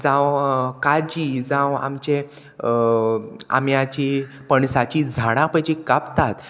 जावं काजी जावं आमचे आम्याची पणसाची झाडां पय जी कापतात